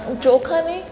ચોખાની